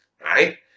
right